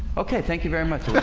okay. thank you very much